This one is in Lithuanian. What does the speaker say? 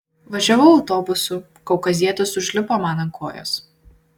važiavau autobusu kaukazietis užlipo man ant kojos